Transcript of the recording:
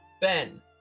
Ben